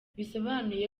bisobanuye